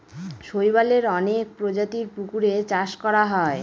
শৈবালের অনেক প্রজাতির পুকুরে চাষ করা হয়